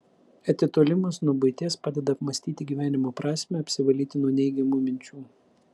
atitolimas nuo buities padeda apmąstyti gyvenimo prasmę apsivalyti nuo neigiamų minčių